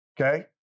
Okay